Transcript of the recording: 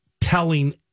telling